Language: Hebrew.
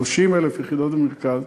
30,000 יחידות במרכז.